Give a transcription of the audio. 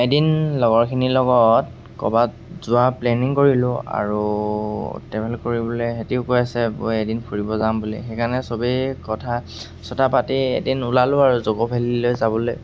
এদিন লগৰখিনিৰ লগত ক'ৰবাত যোৱা প্লেনিং কৰিলোঁ আৰু ট্ৰেভেল কৰিবলে সিহঁতেও কৈ আছে বৈ এদিন ফুৰিব যাম বুলি সেইকাৰণে চবেই কথা ছটা পাতি এদিন ওলালোঁ আৰু জক'ভেলিলৈ যাবলৈ